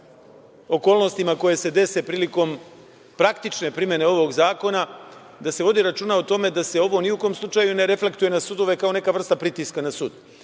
okolnostima koje se dese prilikom praktične primene ovog zakona, da se vodi računa o tome da se ovo ni u kom slučaju ne reflektuje na sudove, kao neka vrsta pritiska na sud,